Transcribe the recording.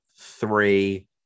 three